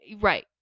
Right